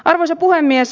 arvoisa puhemies